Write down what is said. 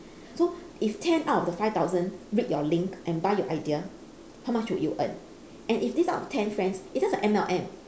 so if ten out of the five thousand break read link and buy your idea how much would you earn and if this out of ten friends it's just like M_L_M